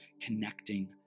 connecting